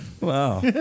Wow